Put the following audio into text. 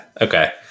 okay